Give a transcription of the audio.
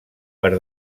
per